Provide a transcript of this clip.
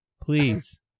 Please